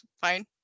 fine